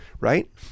right